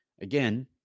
again